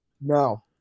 No